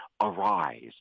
arise